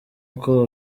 uko